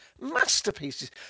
masterpieces